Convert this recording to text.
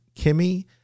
Kimmy